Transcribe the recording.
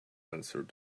answered